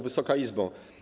Wysoka Izbo!